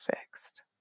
fixed